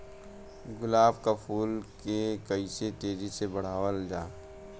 गुलाब क फूल के कइसे तेजी से बढ़ावल जा?